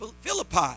Philippi